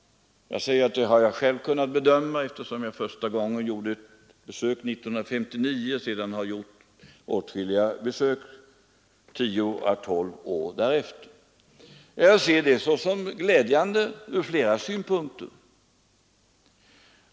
Jag har själv kunnat bedöma detta, eftersom jag första gången gjorde ett besök 1959 och sedan har gjort åtskilliga besök tio å tolv år därefter. Jag ser detta som glädjande från flera synpunkter.